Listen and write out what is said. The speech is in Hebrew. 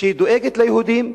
שדואגת ליהודים,